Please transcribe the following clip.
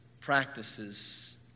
practices